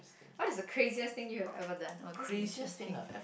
what is the craziest thing you have ever done oh this will be interesting